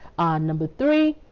number three,